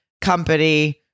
company